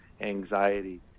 anxiety